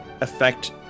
affect